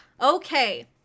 Okay